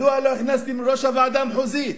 מדוע לא הכנסת ראש הוועדה המחוזית?